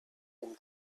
him